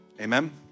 Amen